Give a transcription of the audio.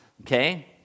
okay